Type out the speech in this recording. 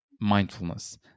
mindfulness